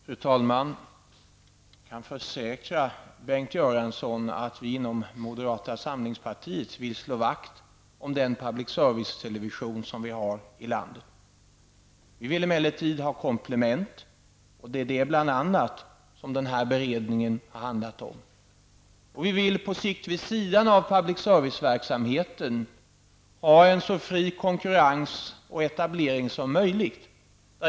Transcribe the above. Fru talman! Jag kan försäkra Bengt Göransson att vi inom moderata samlingspartiet vill slå vakt om den public service-television som vi har i landet. Vi vill emellertid ha komplement och det är bl.a. det som den här beredningen har handlat om. På sikt vill vi vid sidan av public service-verksamheten ha en så fri konkurrens och etablering som möjligt.